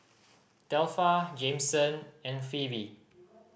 Delpha Jameson and Phoebe